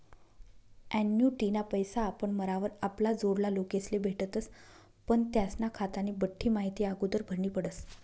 ॲन्युटीना पैसा आपण मरावर आपला जोडला लोकेस्ले भेटतस पण त्यास्ना खातानी बठ्ठी माहिती आगोदर भरनी पडस